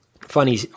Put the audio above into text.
funny